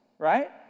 Right